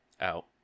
Out